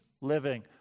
living